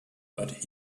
but